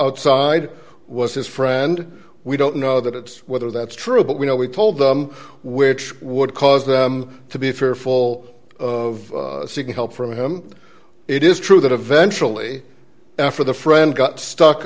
outside was his friend we don't know that it's whether that's true but we know we told them which would cause them to be fearful of seeking help from him it is true that eventually after the friend got stuck